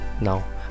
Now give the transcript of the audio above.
now